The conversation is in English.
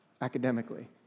academically